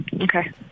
Okay